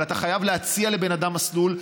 אבל אתה חייב להציע לבן אדם מסלול,